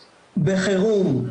בחירום,